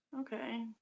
Okay